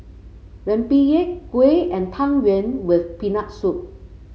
rempeyek kuih and Tang Yuen with Peanut Soup